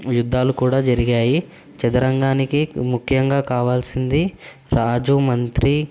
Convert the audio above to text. యుద్ధాలు కూడా జరిగాయి చదరంగానికి ముఖ్యంగా కావల్సింది రాజు మంత్రి